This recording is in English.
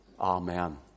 Amen